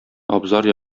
абзар